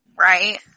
Right